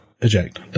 eject